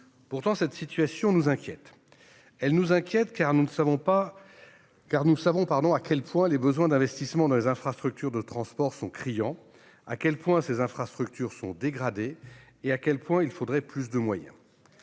Pourtant, cette situation nous inquiète. Elle nous inquiète, car nous savons à quel point les besoins d'investissements dans les infrastructures de transport sont criants, à quel point ces infrastructures sont dégradées et à quel point il faudrait plus de moyens.